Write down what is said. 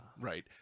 Right